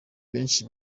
benshi